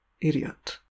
Idiot